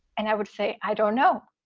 and i would say, i don't know,